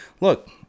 Look